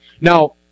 Now